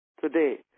today